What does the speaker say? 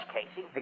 Casey